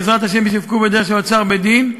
בעזרת השם, ישווקו בדרך של אוצר בית-דין.